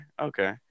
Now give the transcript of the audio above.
Okay